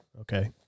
Okay